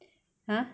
!huh!